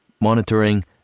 monitoring